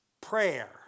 prayer